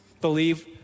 believe